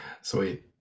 Sweet